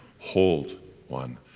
hold one,